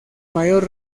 mayor